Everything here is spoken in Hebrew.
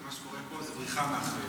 ומה שיש פה זה בריחה מאחריות.